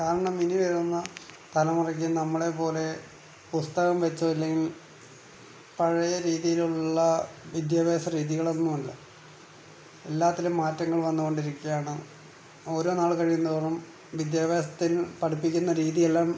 കാരണം ഇനി വരുന്ന തലമുറക്ക് നമ്മളെ പോലെ പുസ്തകം വച്ചോ അല്ലെങ്കിൽ പഴയ രീതിയിലുള്ള വിദ്യാഭ്യാസ രീതികളൊന്നും അല്ല എല്ലാത്തിലും മാറ്റങ്ങൾ വന്ന് കൊണ്ടിരിക്കുകയാണ് ഓരോ നാള് കഴിയുന്തോറും വിദ്യാഭ്യാസത്തിൽ പഠിപ്പിക്കുന്ന രീതിയെല്ലാം